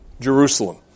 Jerusalem